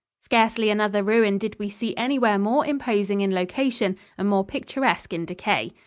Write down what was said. scarcely another ruin did we see anywhere more imposing in location and more picturesque in decay.